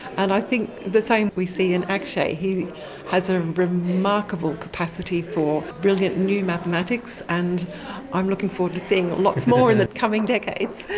and i think the same we see in akshay. he has a remarkable capacity for brilliant new mathematics and i'm looking forward to seeing lots more in the coming decades.